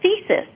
thesis